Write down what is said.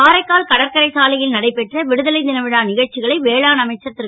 காரைக்கால் கடற்கரை சாலை ல் நடைபெற்ற விடுதலை னவிழா க ச்சிகளை வேளாண் அமைச்சர் ரு